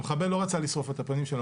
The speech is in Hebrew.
המחבל לא רצה לשרוף את הפנים שלה,